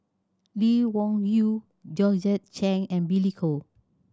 Lee Wung Yew Georgette Chen and Billy Koh